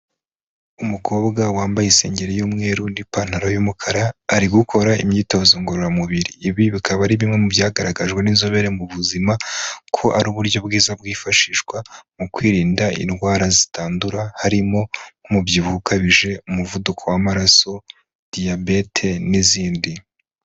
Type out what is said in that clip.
Umukobwa wambaye isengeri y'umweru n'ipantaro y'umukara, ari gukora imyitozo ngororamubiri. Ibi bikaba ari bimwe mu byagaragajwe n'inzobere mu buzima ko ari uburyo bwiza bwifashishwa mu kwirinda indwara zitandura, harimo nk'umubyibuho ukabije, umuvuduko w'amaraso, diyabete n'izindi.